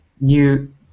new